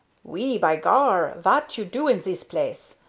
oui. by gar! vat you do in zis place?